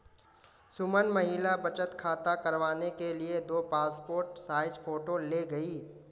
सुमन महिला बचत खाता करवाने के लिए दो पासपोर्ट साइज फोटो ले गई